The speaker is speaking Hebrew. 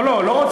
לא לא,